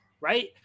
right